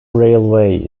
railway